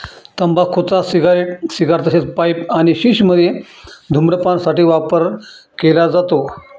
तंबाखूचा cigarette, cigar तसेच pipe आणि शिश मध्ये धूम्रपान साठी वापर केला जातो